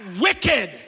wicked